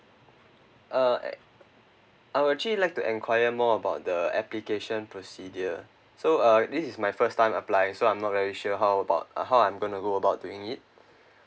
uh I will actually like to inquire more about the application procedure so uh this is my first time apply so I'm not very sure how about uh how I'm gonna go about doing it